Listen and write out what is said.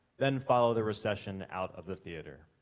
then follow the recession out of the theater.